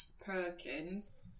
Perkins